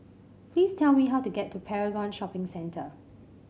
please tell me how to get to Paragon Shopping Centre